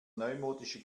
neumodische